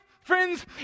friends